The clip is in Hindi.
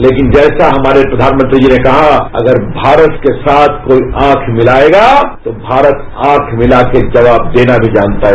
लेकिन जैसा हमारे प्रधानमंत्री जी ने कहा अगर कोई भारत के साथ आंख मिलाएगा तो भारत आंख मिलाकर भी जवाब देना जनता है